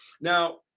Now